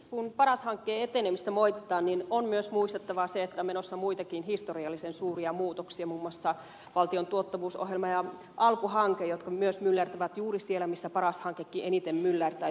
kun paras hankkeen etenemistä moititaan on myös muistettava se että on menossa muitakin historiallisen suuria muutoksia muun muassa valtion tuottavuusohjelma ja alku hanke jotka myös myllertävät juuri siellä missä paras hankekin eniten myllertää